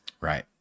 Right